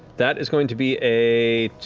that is going to be a